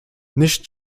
nicht